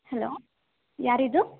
hello ಯಾರಿದು